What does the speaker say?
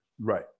Right